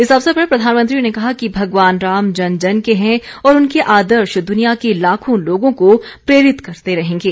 इस अवसर पर प्रधानमंत्री ने कहा कि भगवान राम जन जन के हैं और उनके आदर्श दुनिया के लाखों लोगों को प्रेरित करते रहेंगे